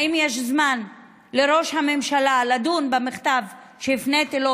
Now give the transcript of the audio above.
האם יש זמן לראש הממשלה לדון במכתב שהפניתי אליו,